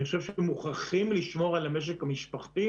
אני חושב שאנחנו מוכרחים לשמור על המשק המשפחתי